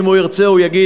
אם הוא ירצה הוא יגיד,